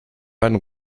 einen